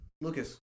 Lucas